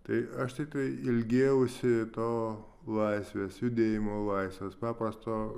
tai aš tiktai ilgėjausi to laisvės judėjimo laisvės paprasto